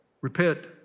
repent